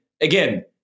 again